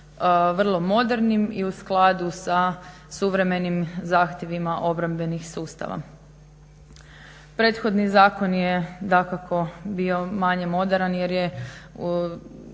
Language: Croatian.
vrlo modernim i u skladu sa suvremenim zahtjevima obrambenih sustava. Prethodni zakon je dakako bio manje moderan jer je